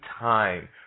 time